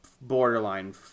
borderline